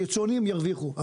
היצואנים ירוויחו.